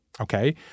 Okay